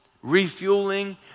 refueling